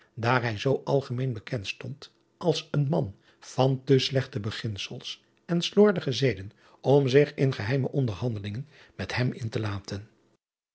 hij zoo algemeen bekend stond als een man van te slechte beginsels en slordige zeden om zich in geheime onderhandelingen met hem in te laten